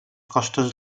costes